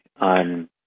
on